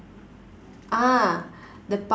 ah the